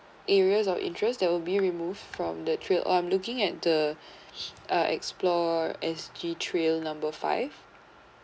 areas of interest that will be removed from the trip I'm looking at the uh explore S_G trail number five